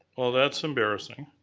well that's embarrassing.